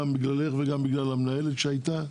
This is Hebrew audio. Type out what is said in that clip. גם בגללך וגם בגלל המנהלת שהייתה,